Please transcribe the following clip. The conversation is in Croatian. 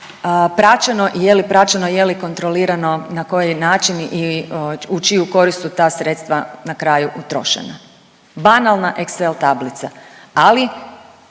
praćeno, je li kontrolirano, na koji način i u čiju korist su ta sredstva na kraju utrošena. Banalna excel tablica, ali